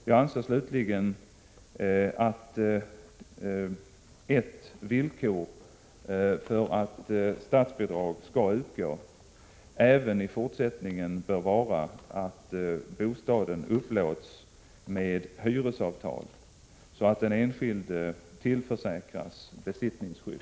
Jag anser slutligen att ett villkor för att statsbidrag skall utgå även i fortsättningen bör vara att bostaden upplåts med hyresavtal, så att den enskilde tillförsäkras besittningsskydd.